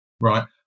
right